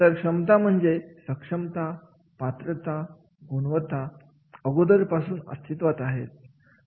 तर क्षमता म्हणजे सक्षमता पात्रता गुणवत्ता अगोदरपासून अस्तित्वात आहेत